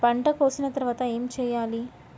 పంట కోసిన తర్వాత ఏం చెయ్యాలి?